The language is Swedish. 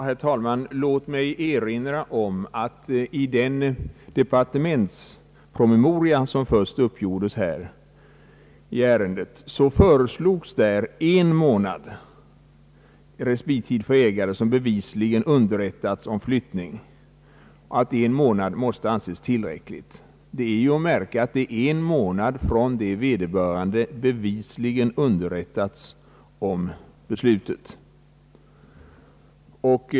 Herr talman! Låt mig erinra om att det i den departementspromemoria som först utarbetades i ärendet föreslogs en respittid av en månad för ägare som bevisligen underrättats om flyttning. Ang. flyttning av fordon i vissa fall Det är att märka att tiden räknas från det vederbörande bevisligen underrättats om beslutet.